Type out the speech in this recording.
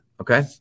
Okay